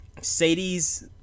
Sadie's